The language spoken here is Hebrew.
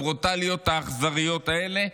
הברוטליות והאכזריות האלה,